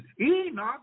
Enoch